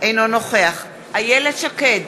אינו נוכח איילת שקד,